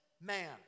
man